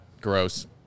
Gross